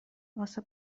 واسه